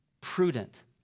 prudent